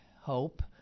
hope